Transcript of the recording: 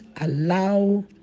allow